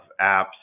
apps